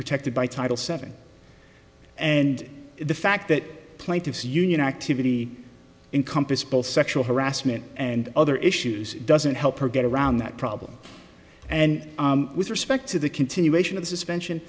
protected by title seven and the fact that plaintiffs union activity in compass both sexual harassment and other issues doesn't help her get around that problem and with respect to the continuation of the suspension